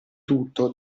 tutto